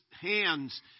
hands